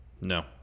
No